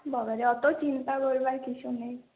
বাবারে অতো চিন্তা করবার কিছু নেই